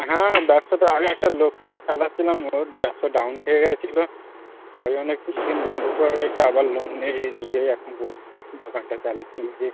হ্যাঁ ব্যবসা তো আগে একটা লোক চালাচ্ছিলাম ওই ব্যবসা ডাউন খেয়ে গেছিলো তাই জন্য কিছু দিন বন্ধ করে রেখে আবার লোন নিয়ে নিজেই এখন বসছি দোকানটা চালাচ্ছি নিজে